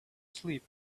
sleep